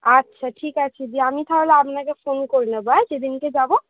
আচ্ছা ঠিক আছে দি আমি তাহলে আপনাকে ফোন করে নেবো হ্যাঁ যেদিনকে যাবো